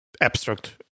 abstract